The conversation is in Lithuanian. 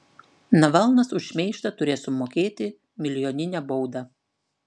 navalnas už šmeižtą turės sumokėti milijoninę baudą